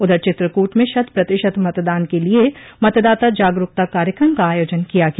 उधर चित्रकूट में शत प्रतिशत मतदान के लिये मतदाता जागरूकता कार्यक्रम का आयोजन किया गया